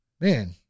man